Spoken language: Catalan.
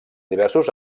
diversos